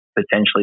potentially